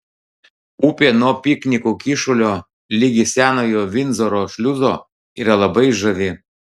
upė nuo piknikų kyšulio ligi senojo vindzoro šliuzo yra labai žavi